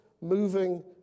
moving